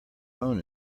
own